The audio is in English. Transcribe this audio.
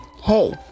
Hey